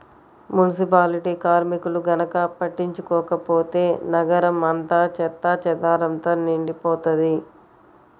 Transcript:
municipality కార్మికులు గనక పట్టించుకోకపోతే నగరం అంతా చెత్తాచెదారంతో నిండిపోతది